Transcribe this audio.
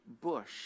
bush